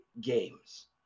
games